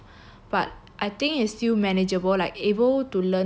but I think is still manageable like able to learn within